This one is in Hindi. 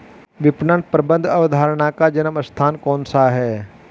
विपणन प्रबंध अवधारणा का जन्म स्थान कौन सा है?